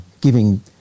giving